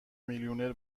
میلیونر